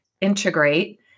integrate